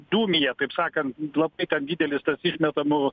dūmija taip sakant labai ten didelis tas išmetamų